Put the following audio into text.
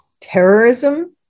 Terrorism